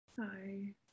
Hi